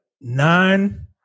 nine